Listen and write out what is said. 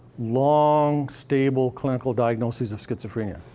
long, stable, clinical diagnoses of schizophrenia.